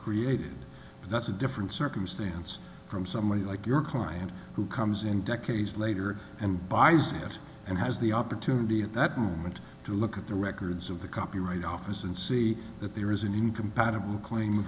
created but that's a different circumstance from somebody like your client who comes in decades later and buys it and has the opportunity at that moment to look at the records of the copyright office and see that there is an incompatible claim